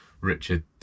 Richard